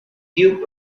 duke